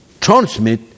transmit